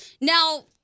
Now